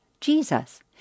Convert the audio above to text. Jesus